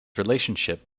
relationship